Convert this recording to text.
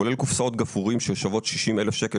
כולל קופסאות גפרורים ששוות 60,000 שקלים